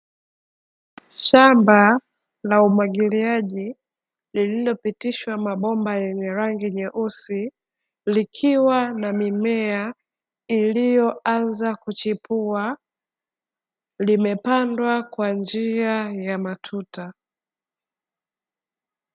Shamba la umwagiliaji, lililopitishwa mabomba yenye rangi nyeusi, likiwa na mimea iliyoanza kuchipua, limepandwa kwa njia ya matuta.